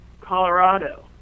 Colorado